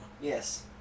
Yes